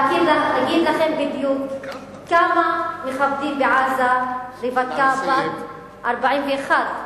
בעתיד אגיד לכם בדיוק כמה מכבדים בעזה רווקה בת 41,